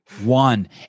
one